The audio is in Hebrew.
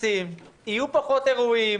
יהיו פחות כנסים, יהיו פחות אירועים.